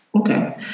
Okay